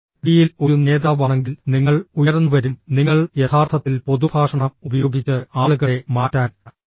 ഡിയിൽ ഒരു നേതാവാണെങ്കിൽ നിങ്ങൾ ഉയർന്നുവരും നിങ്ങൾ യഥാർത്ഥത്തിൽ പൊതുഭാഷണം ഉപയോഗിച്ച് ആളുകളെ മാറ്റാൻ ജനിച്ചവരാണെങ്കിൽ നിങ്ങൾ വീണ്ടും ഉയർന്നുവരും